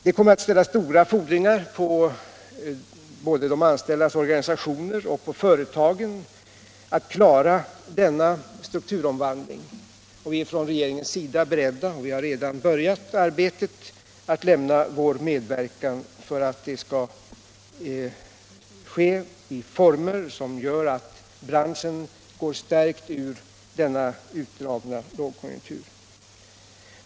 Det kommer att ställas stora fordringar både på de anställdas organisationer och på företagen när det gäller att klara denna strukturomvandling, och vi är i regeringen beredda och har redan börjat arbetet för att låta detta ske i former som gör att branschen går stärkt ur den utdragna lågkonjunkturen.